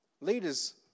Leaders